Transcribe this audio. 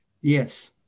Yes